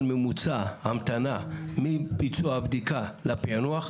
ההמתנה הממוצע מביצוע הבדיקה לפענוח?